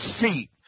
seat